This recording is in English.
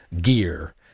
gear